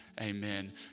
amen